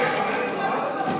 פה,